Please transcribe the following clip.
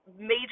major